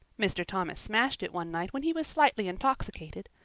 mr. thomas smashed it one night when he was slightly intoxicated.